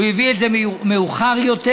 הוא הביא את זה מאוחר יותר.